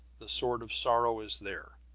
the sword of sorrow is there.